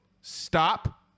Stop